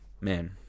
man